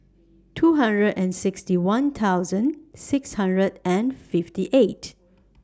two hundred and sixty one thousand six hundred and fifty eight